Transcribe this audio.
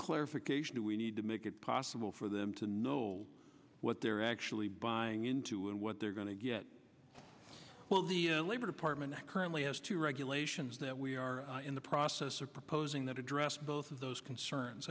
clarification do we need to make it possible for them to know what they're actually buying into and what they're going to get well the labor department currently has to regulations that we are in the process of proposing that address both of those